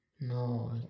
No